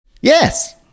Yes